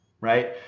Right